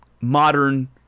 modern